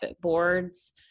boards